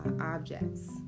objects